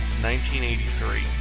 1983